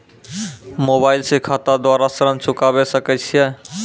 Mobile से खाता द्वारा ऋण चुकाबै सकय छियै?